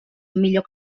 millor